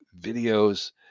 videos